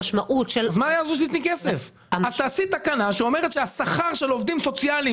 אז תעשי תקנה שאומרת שהשכר של עובדים סוציאליים